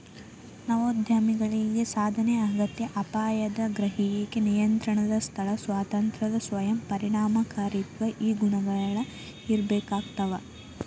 ನವೋದ್ಯಮಿಗಳಿಗ ಸಾಧನೆಯ ಅಗತ್ಯ ಅಪಾಯದ ಗ್ರಹಿಕೆ ನಿಯಂತ್ರಣದ ಸ್ಥಳ ಸ್ವಾತಂತ್ರ್ಯ ಸ್ವಯಂ ಪರಿಣಾಮಕಾರಿತ್ವ ಈ ಗುಣಗಳ ಇರ್ಬೇಕಾಗ್ತವಾ